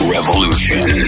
Revolution